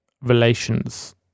relations